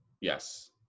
Yes